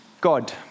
God